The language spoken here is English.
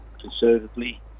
conservatively